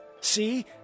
See